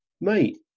mate